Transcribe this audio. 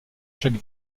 chaque